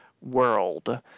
world